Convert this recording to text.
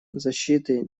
защиты